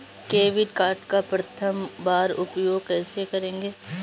Debit card का प्रथम बार उपयोग कैसे करेंगे?